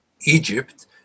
Egypt